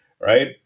Right